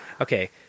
Okay